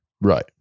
right